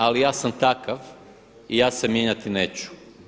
Ali ja sam takav i ja se mijenjati neću.